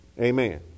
Amen